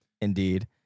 Indeed